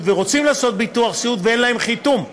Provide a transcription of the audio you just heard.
והם רוצים לעשות ביטוח סיעוד ואין להם חיתום,